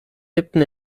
lebten